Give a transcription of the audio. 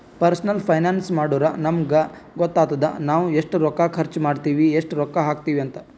personal finance ಮಾಡುರ್ ನಮುಗ್ ಗೊತ್ತಾತುದ್ ನಾವ್ ಎಸ್ಟ್ ರೊಕ್ಕಾ ಖರ್ಚ್ ಮಾಡ್ತಿವಿ, ಎಸ್ಟ್ ರೊಕ್ಕಾ ಹಾಕ್ತಿವ್ ಅಂತ್